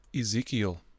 Ezekiel